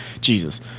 Jesus